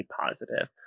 positive